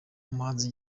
umuhanzi